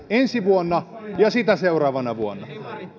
ensi vuonna ja sitä seuraavana vuonna